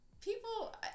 people